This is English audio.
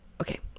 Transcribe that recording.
okay